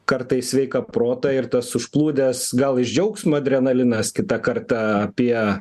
kartais sveiką protą ir tas užplūdęs gal iš džiaugsmo adrenalinas kitą kartą apie